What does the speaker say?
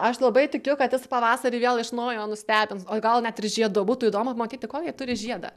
aš labai tikiu kad jis pavasarį vėl iš naujo nustebins o gal net ir žiedu būtų įdomu pamatyti kokį turi žiedą